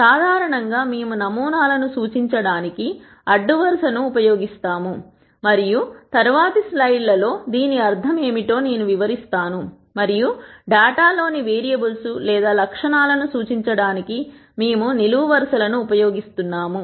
సాధారణంగా మేము నమూనాలను సూచించడానికి అడ్డు వరుస ను ఉపయోగిస్తాము మరియు తరువాతి స్లైడ్లలో దీని అర్థం ఏమిటో నేను వివరిస్తాను మరియు డేటా లోని వేరియబుల్స్ లేదా లక్షణాలను సూచించడానికి మేము నిలువు వరుసలను ఉపయోగిస్తాము